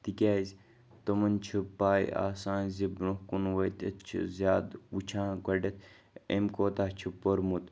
تِکیٛازِ تِمَن چھِ پاے آسان زِ برونٛہہ کُن وٲتِتھ چھِ زیادٕ وُچھان گۄڈٕنیٚتھ ایٚمۍ کوتاہ چھِ پوٚرمُت